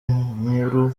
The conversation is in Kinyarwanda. nkuru